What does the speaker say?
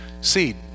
Seed